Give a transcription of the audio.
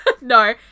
No